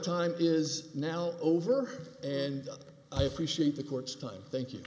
time is now over and i appreciate the court's time thank you